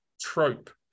trope